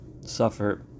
suffer